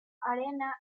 arena